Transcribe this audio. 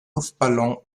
luftballon